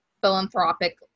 philanthropic